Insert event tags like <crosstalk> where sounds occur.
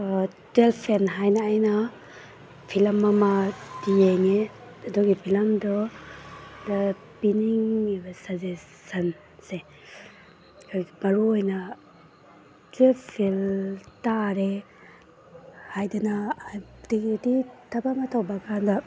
twelve fail ꯍꯥꯏꯅ ꯑꯩꯅ film ꯑꯃ ꯌꯦꯡꯏ ꯑꯗꯨꯒꯤ ꯐꯤꯂꯝꯗꯨꯗ ꯄꯤꯅꯤꯡꯏꯕ ꯁꯖꯦꯁꯟꯁꯦ ꯑꯩꯈꯣꯏ ꯃꯔꯨ ꯑꯣꯏꯅ ꯇ꯭ꯋꯦꯜꯄ ꯐꯦꯟ ꯇꯥꯔꯦ ꯍꯥꯏꯗꯅ <unintelligible> ꯊꯕꯛ ꯑꯃ ꯇꯧꯕ ꯀꯥꯟꯗ